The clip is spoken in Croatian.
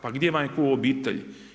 Pa gdje vam je tko u obitelji.